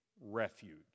refuge